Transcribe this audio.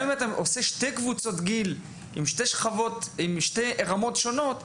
גם אם אתה עושה שתי קבוצות גיל עם שתי רמות שונות,